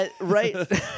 Right